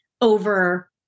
over